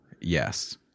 Yes